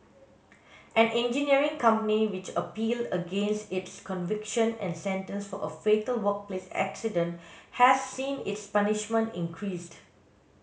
an engineering company which appealed against its conviction and sentence for a fatal workplace accident has seen its punishment increased